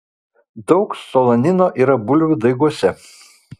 daug solanino yra bulvių daiguose